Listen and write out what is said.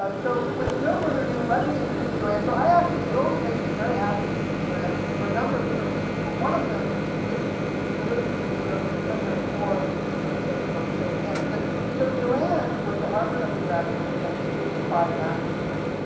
um so with no further ado, let me introduce joanne. so i actually it always makes me very happy to introduce joanne for a number of different reasons, but one of them which for those of you have come here before, you've heard me say this but i'll just say it again is that so joanne was a harvard undergraduate, and she was an applied math major.